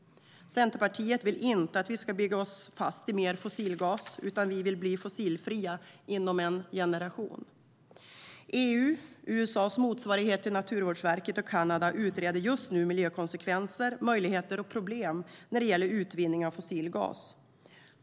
Centerpartiet vill inte att vi ska bygga oss fast i mer fossilgas, utan vi vill bli fossilfria inom en generation. EU, USA:s motsvarighet till Naturvårdsverket och Kanada utreder för närvarande miljökonsekvenser, möjligheter och problem när det gäller utvinning av fossilgas.